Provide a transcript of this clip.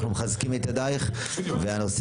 הלך